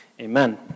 Amen